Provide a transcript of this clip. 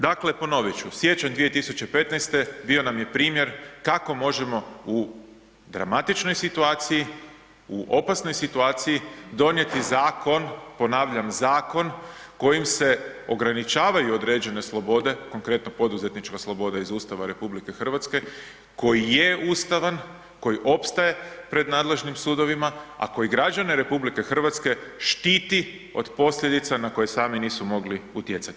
Dakle, ponovit ću, siječanj 2015. bio nam je primjer kako možemo u dramatičnoj situaciji, u opasnoj situaciji donijeti zakon, ponavljam zakon kojim se ograničavaju određene slobode, konkretno poduzetnička sloboda iz Ustava RH, koji je ustavan, koji opstaje pred nadležnim sudovima, a koji građane RH štiti od posljedica na koje sami nisu mogli utjecati.